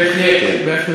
בהחלט.